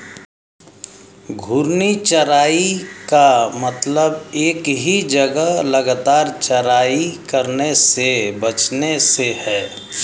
घूर्णी चराई का मतलब एक ही जगह लगातार चराई करने से बचने से है